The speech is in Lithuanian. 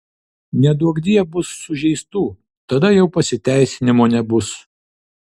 neduokdie bus sužeistų tada jau pasiteisinimo nebus